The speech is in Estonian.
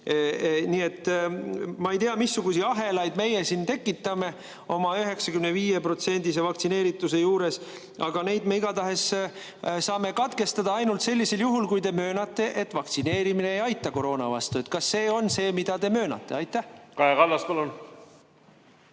Nii et ma ei tea, missuguseid ahelaid meie siin tekitame oma 95%‑lise vaktsineerituse juures, aga neid me igatahes saame katkestada ainult sellisel juhul, kui te möönate, et vaktsineerimine ei aita koroona vastu. Kas see on see, mida te möönate? Kaja